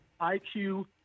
IQ